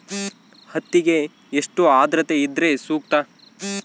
ಹತ್ತಿಗೆ ಎಷ್ಟು ಆದ್ರತೆ ಇದ್ರೆ ಸೂಕ್ತ?